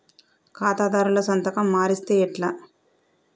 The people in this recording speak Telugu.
ఖాతాదారుల సంతకం మరిస్తే ఎట్లా?